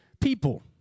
people